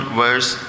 verse